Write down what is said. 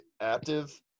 active